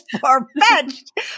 far-fetched